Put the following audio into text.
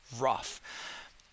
rough